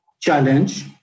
challenge